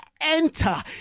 enter